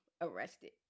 arrested